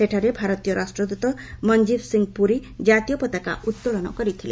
ସେଠାରେ ଭାରତର ରାଷ୍ଟ୍ରଦୂତ ମଞ୍ଜିଭ୍ ସିଂ ପୁରୀ ଜାତୀୟ ପାତାକା ଉତ୍ତୋଳନ କରିଥିଲେ